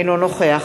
אינו נוכח